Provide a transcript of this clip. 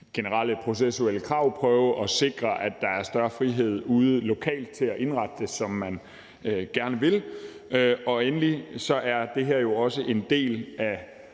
generelle processuelle krav og prøve at sikre, at der er større og større frihed ude lokalt til at indrette det, som man gerne vil. For det andet er det her jo også en del af